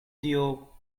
dio